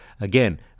Again